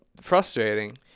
frustrating